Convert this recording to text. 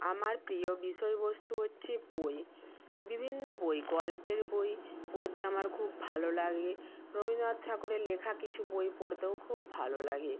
আমার প্রিয় বিষয়বস্তু হচ্ছে বই বিভিন্ন বই গল্পের বই পড়তে আমার খুব ভালো লাগে রবীন্দ্রনাথ ঠাকুরের লেখা কিছু বই পড়তেও খুব ভালো লাগে